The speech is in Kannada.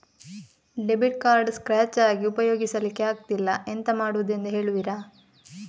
ಡೆಬಿಟ್ ಕಾರ್ಡ್ ಸ್ಕ್ರಾಚ್ ಆಗಿ ಉಪಯೋಗಿಸಲ್ಲಿಕ್ಕೆ ಆಗ್ತಿಲ್ಲ, ಎಂತ ಮಾಡುದೆಂದು ಹೇಳುವಿರಾ?